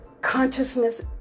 Consciousness